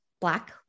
black